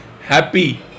happy